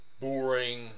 boring